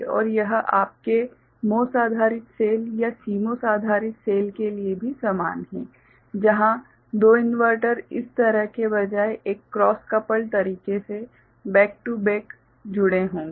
और यह आपके MOS आधारित सेल या CMOS आधारित सेल के लिए भी समान है जहां 2 इनवर्टर इस तरह के बजाय एक क्रॉस कपल्ड तरीके से बैक टू बैक जुड़े होंगे